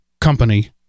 company